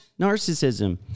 narcissism